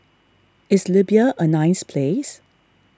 is Libya a nice place